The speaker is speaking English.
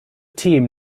team